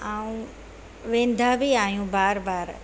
ऐं वेंदा बि आहियूं बार बार